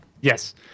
Yes